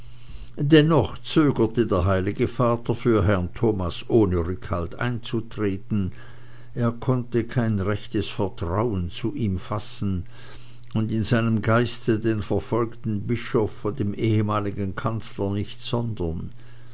dennoch zögerte der heilige vater für herrn thomas ohne rückhalt einzutreten er konnte kein rechtes vertrauen zu ihm fassen und in seinem geiste den verfolgten bischof von dem ehemaligen kanzler nicht sondern